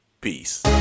Peace